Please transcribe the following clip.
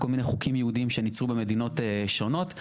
כל מיני חוקים ייעודיים שנוצרו במדינות שונות,